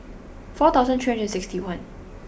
four thousand three hundred and sixty one